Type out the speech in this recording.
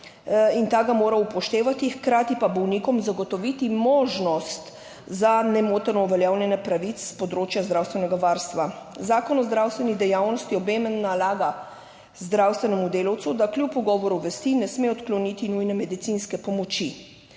ga mora upoštevati, hkrati pa bolnikom zagotoviti možnost za nemoteno uveljavljanje pravic s področja zdravstvenega varstva. Zakon o zdravstveni dejavnosti obema nalaga zdravstvenemu delavcu, da kljub ugovoru vesti ne sme odkloniti nujne medicinske pomoči.